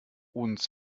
uns